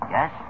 Yes